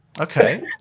okay